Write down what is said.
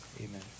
Amen